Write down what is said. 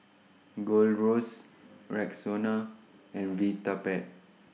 Gold Roast Rexona and Vitapet